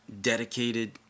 dedicated